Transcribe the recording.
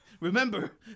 Remember